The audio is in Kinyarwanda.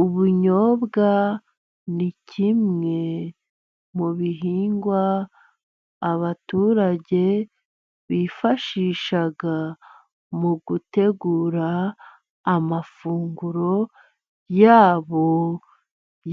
Ubunyobwa, ni kimwe mu bihingwa abaturage bifashisha mu gutegura amafunguro yabo